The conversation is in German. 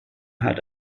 hatte